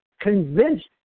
Convinced